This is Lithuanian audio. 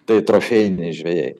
tai trofėjiniai žvejai